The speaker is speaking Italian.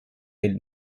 del